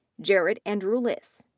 jarret andrulis,